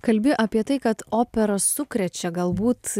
kalbi apie tai kad operos sukrečia galbūt